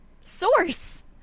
source